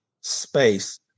space